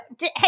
hey